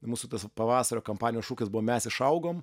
mūsų tas pavasario kampanijos šūkis buvo mes išaugom